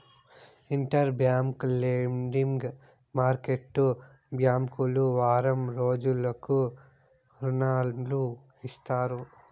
inter bank lending market బ్యాంకులు వారం రోజులకు రుణాలు ఇస్తాయి